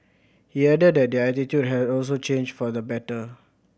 he added that their attitude has also changed for the better